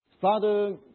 Father